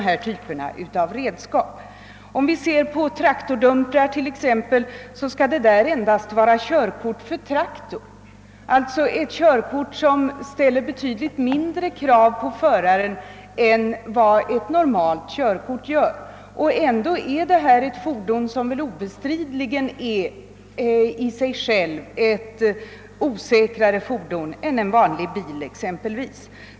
För att man skall få framföra t.ex. dumpertraktorer fordras endast körkort för traktor, alltså ett körkort som ställer betydligt mindre krav på föraren än vad ett körkort för personbil gör. Ändå är väl det förra fordonet i sig självt osäkrare än en vanlig personbil.